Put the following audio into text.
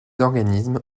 organismes